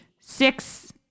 six